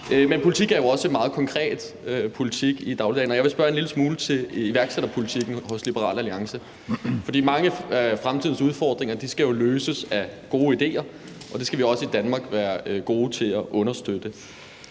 Men politik er jo også meget konkret i dagligdagen, og jeg vil spørge en lille smule til iværksætterpolitikken hos Liberal Alliance. Mange af fremtidens udfordringer skal jo løses af gode idéer, og det skal vi også i Danmark være gode til at understøtte.